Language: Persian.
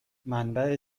منبع